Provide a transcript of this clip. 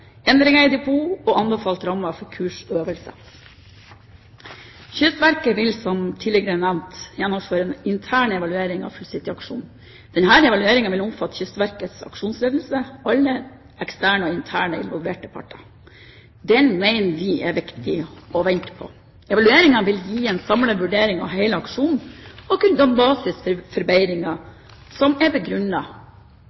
endringer i depoter og anbefalt ramme for kurs og øvelser. Kystverket vil, som tidligere nevnt, gjennomføre en intern evaluering av «Full City»-aksjonen. Denne evalueringen vil omfatte Kystverkets aksjonsledelse og alle involverte parter eksternt og internt. Den mener vi det er viktig å vente på. Evalueringen vil gi en samlet vurdering av hele aksjonen og kunne danne basis for forbedringer